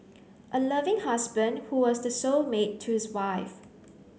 a loving husband who was the soul mate to his wife